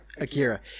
Akira